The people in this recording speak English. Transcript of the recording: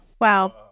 Wow